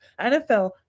NFL